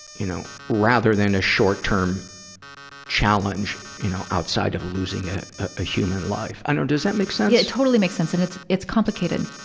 you know, rather than a short-term challenge, you know, outside of losing a, a human life. i dunno, does that make sense? yeah, totally makes sense. and it's, it's complicated.